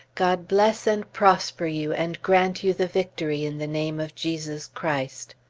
god bless and prosper you, and grant you the victory in the name of jesus christ.